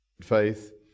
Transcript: faith